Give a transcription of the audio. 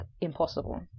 impossible